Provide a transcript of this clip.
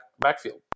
backfield